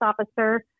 officer